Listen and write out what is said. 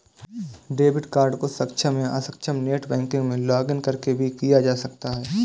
debit card को सक्षम या अक्षम नेट बैंकिंग में लॉगिंन करके भी किया जा सकता है